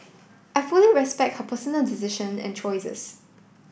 I fully respect her personal decision and choices